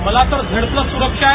मला तर Z plus सुरक्षा आहे